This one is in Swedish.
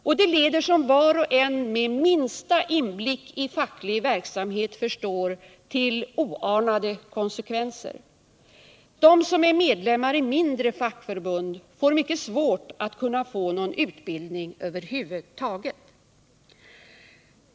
Och det leder, som var och en med minsta inblick i facklig verksamhet förstår, till oanade konsekvenser: De som är medlemmar i mindre fackförbund får mycket svårt att kunna få någon utbildning över huvud taget!